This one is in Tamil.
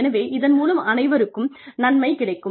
எனவே இதன் மூலம் அனைவருக்கும் நன்மை கிடைக்கும்